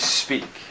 speak